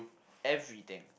everything